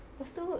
lepas tu